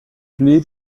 blieb